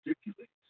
stipulates